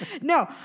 No